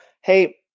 hey